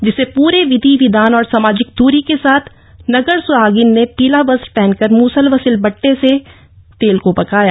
जिसे पूरे विधि विधान और सामाजिक दूरी के साथ नगर सुहागिन ने पीला वस्त्र पहन कर मुसल व सिलबट्टे से पिरोये तेल को पकाया